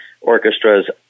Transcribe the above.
orchestras